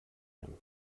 him